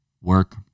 work